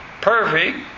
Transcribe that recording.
Perfect